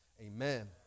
Amen